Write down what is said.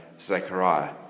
Zechariah